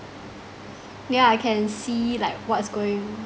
yeah I can see like what's going